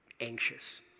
anxious